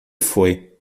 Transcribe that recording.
foi